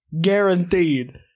Guaranteed